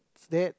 is that